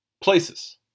places